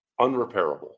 unrepairable